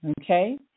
okay